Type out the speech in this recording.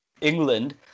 England